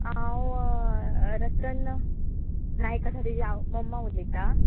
हांव रतन नायक आसा तेजी आवय मम्मा उलयतां